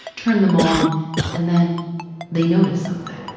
turn them on and then they notice something